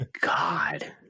God